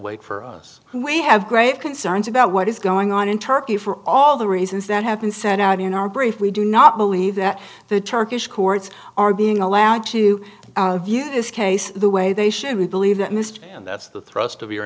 wait for us and we have grave concerns about what is going on in turkey for all the reasons that have been set out in our brief we do not believe that the turkish courts are being allowed to view this case the way they should we believe that mr and that's the thrust of your